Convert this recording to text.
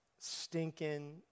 stinking